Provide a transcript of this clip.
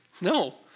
No